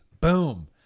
Boom